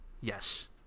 Yes